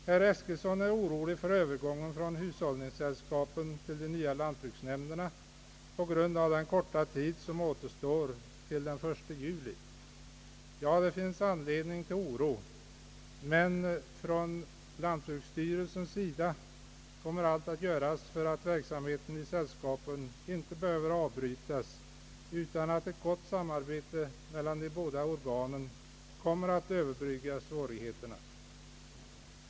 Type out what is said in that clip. Herr Eskilsson är orolig för övergången från hushållningssällskapen till de nya lantbruksnämnderna på grund av den korta tid som återstår till den 1 juli. Ja, det finns anledning till oro, men lantbruksstyrelsen kommer att göra allt för att verksamheten inom sällskapen inte skall behöva avbrytas, och man kan förutsätta att ett gott samarbete mellan organen kommer att över brygga svårigheterna.